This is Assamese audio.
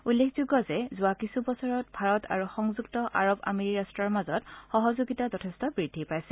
উল্লেখযোগ্য যে যোৱা কিছুবছৰত ভাৰত আৰু সংযুক্ত আৰৱ আমেৰি ৰাট্টৰ মাজত সহযোগিতা যথেষ্ট বৃদ্ধি পাইছে